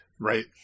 Right